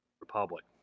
Republic